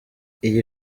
iyi